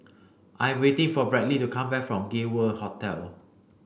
I am waiting for Bradly to come back from Gay World Hotel